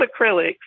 acrylics